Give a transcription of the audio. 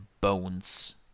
bones